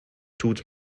tut